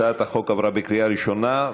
הצעת החוק עברה בקריאה ראשונה,